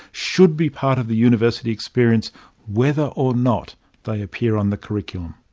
should be part of the university experience whether or not they appear on the curriculum.